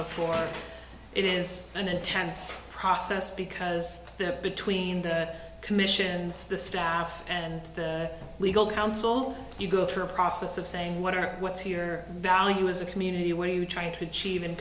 before it is an intense process because there are between the commissions the staff and the legal counsel you go through a process of saying what are what's here value as a community where you trying to achieve